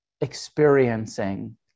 experiencing